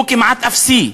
הוא כמעט אפסי,